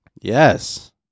yes